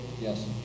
Yes